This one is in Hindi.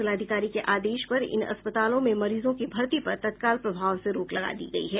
जिलाधिकारी के आदेश पर इन अस्पतालों में मरीजों की भर्ती पर तत्काल प्रभाव से रोक लगा दी गयी है